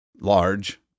large